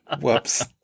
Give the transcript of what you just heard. whoops